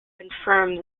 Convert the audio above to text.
confirm